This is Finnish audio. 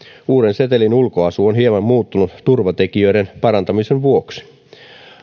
uuden setelin ulkoasu on hieman muuttunut turvatekijöiden parantamisen vuoksi